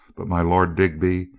but my lord digby,